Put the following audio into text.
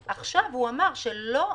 עכשיו הוא אמר שלא